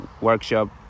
workshop